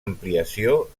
ampliació